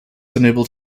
enabled